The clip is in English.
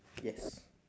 yes